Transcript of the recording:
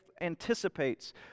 anticipates